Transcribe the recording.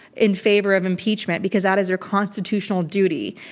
in favor of impeachment because that is their constitutional duty.